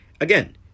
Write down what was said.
Again